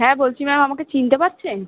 হ্যাঁ বলছি ম্যাম আমাকে চিনতে পাচ্ছেন